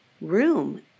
room